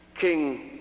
king